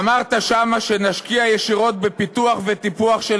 אמרת שם שנשקיע ישירות בפיתוח ובטיפוח של